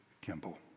Kimball